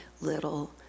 little